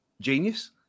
genius